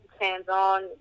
hands-on